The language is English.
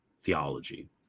theology